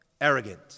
arrogant